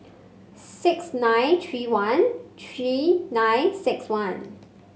six nine three one three nine six one